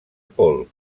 paul